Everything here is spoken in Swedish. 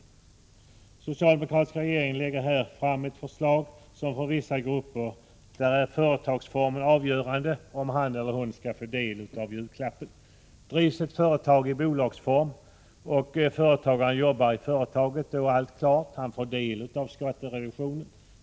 Den socialdemokratiska regeringen lägger här fram ett förslag som innebär att för vissa grupper företagsformen skall vara avgörande för om den skattskyldige skall få del av ”julklappen”. Drivs ett företag i bolagsform och företagaren jobbar i företaget, är allt klart och han får del av skattereduktionen.